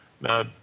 Now